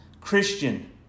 Christian